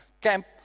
camp